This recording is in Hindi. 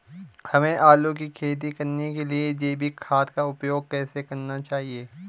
हमें आलू की खेती करने के लिए जैविक खाद का उपयोग कैसे करना चाहिए?